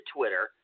Twitter